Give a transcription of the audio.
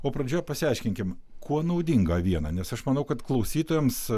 o pradžioje pasiaiškinkim kuo naudinga aviena nes aš manau kad klausytojams